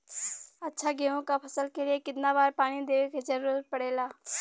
अच्छा गेहूँ क फसल के लिए कितना बार पानी देवे क जरूरत पड़ेला?